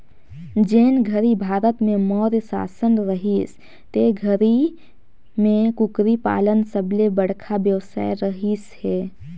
जेन घरी भारत में मौर्य सासन रहिस ते घरी में कुकरी पालन सबले बड़खा बेवसाय रहिस हे